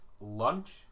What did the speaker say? Lunch